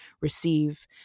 receive